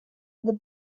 the